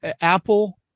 Apple